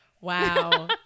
Wow